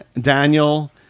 Daniel